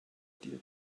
dear